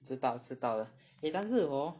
知道知道了 eh 但是 hor